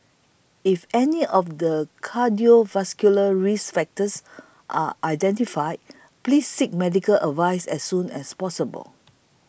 if any of the cardiovascular risk factors are identified please seek medical advice as soon as possible